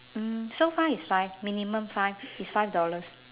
mm so far t'is five minimum five it's five dollars